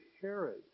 Herod